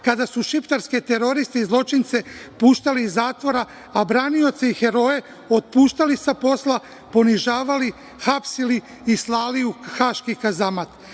kada su šiptarske teroriste i zločince puštali iz zatvora, a branioce i heroje otpuštali sa posla, ponižavali, hapsili i slali u haški kazamat.